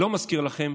לא מזכיר לכם?